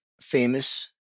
famous